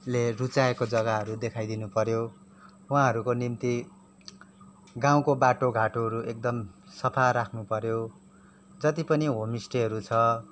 ले रुचाएको जग्गाहरू देखाइदिनु पऱ्यो उहाँहरूको निम्ति गाउँको बाटो घाटोहरू एकदम सफा राख्न पऱ्यो जति पनि होमस्टेहरू छ